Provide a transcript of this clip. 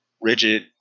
rigid